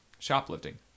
Shoplifting